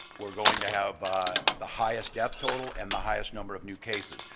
we're going to have the highest death total and the highest number of new cases.